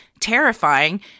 terrifying